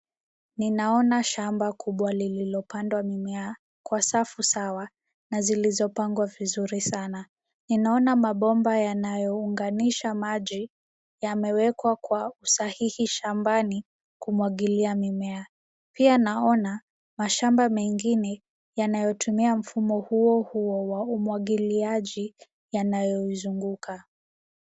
Ninaona shamba kubwa lililopandwa mimea kwa safu sawa na zilizopangwa vizuri sana. Ninaona mabomba yanayounganisha maji yamewekwa kwa usahihi shambani kumwagilia mimea. Pia naona mashamba mengine yanayotumia mfumo huo huo wa umwagiliaji yanayoizunguka.